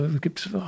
gibt